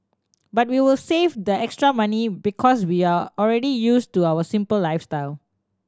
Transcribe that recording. but we will save the extra money because we are already used to our simple lifestyle